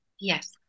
Yes